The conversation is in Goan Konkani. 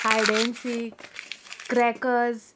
hide and seek crackers